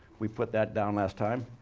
we put that down last time.